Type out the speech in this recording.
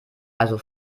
also